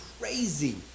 crazy